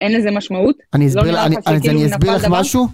אין לזה משמעות. אני אסביר לך, אז אני אסביר לך משהו